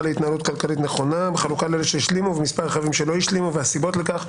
להתנהלות כלכלית נכונה בחלוקה לאלה שהשלימו ואלה שלא השלימו והסיבות לכך.